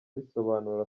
risobanura